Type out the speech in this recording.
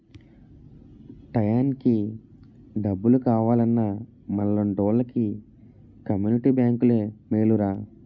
టయానికి డబ్బు కావాలన్నా మనలాంటోలికి కమ్మునిటీ బేంకులే మేలురా